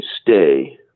stay